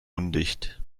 undicht